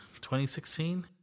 2016